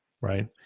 Right